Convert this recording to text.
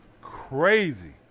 Crazy